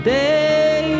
day